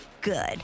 good